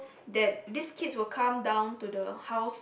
that these kids will come down to the house